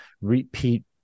repeat